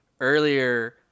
earlier